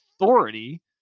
authority